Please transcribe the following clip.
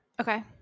Okay